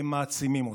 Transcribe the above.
הם מעצימים אותו.